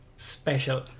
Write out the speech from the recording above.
Special